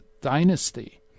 dynasty